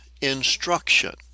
instruction